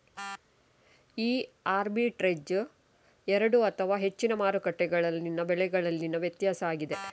ಈ ಆರ್ಬಿಟ್ರೇಜ್ ಎರಡು ಅಥವಾ ಹೆಚ್ಚಿನ ಮಾರುಕಟ್ಟೆಗಳಲ್ಲಿನ ಬೆಲೆಗಳಲ್ಲಿನ ವ್ಯತ್ಯಾಸ ಆಗಿದೆ